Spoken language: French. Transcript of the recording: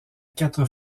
quatre